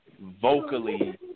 vocally